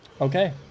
Okay